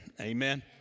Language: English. Amen